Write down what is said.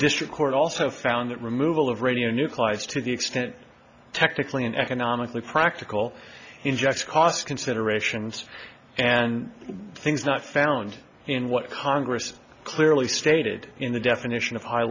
district court also found that removal of radionuclides to the extent technically an economically practical ingests cost considerations and things not found in what congress clearly stated in the definition of high